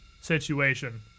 situation